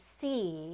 see